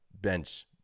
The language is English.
bench